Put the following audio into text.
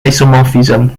isomorphism